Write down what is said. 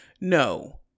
No